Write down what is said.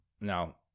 Now